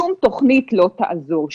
שום תכנית לא תעזור.